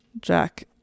Jack